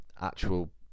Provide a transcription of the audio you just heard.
actual